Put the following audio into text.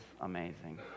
amazing